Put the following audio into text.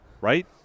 Right